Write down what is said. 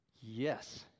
yes